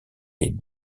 les